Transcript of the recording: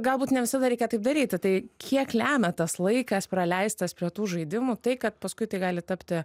galbūt ne visada reikia taip daryti tai kiek lemia tas laikas praleistas prie tų žaidimų tai kad paskui tai gali tapti